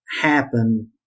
happen